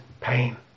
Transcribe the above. pain